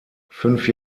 fünf